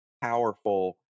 powerful